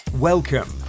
Welcome